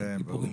כן, ברור.